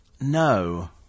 no